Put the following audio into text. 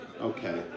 Okay